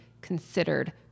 considered